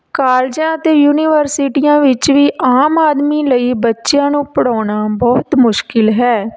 ਕਾਲਜਾਂ ਅਤੇ ਯੂਨੀਵਰਸਿਟੀਆਂ ਵਿੱਚ ਵੀ ਆਮ ਆਦਮੀ ਲਈ ਬੱਚਿਆਂ ਨੂੰ ਪੜ੍ਹਾਉਣਾ ਬਹੁਤ ਮੁਸ਼ਕਿਲ ਹੈ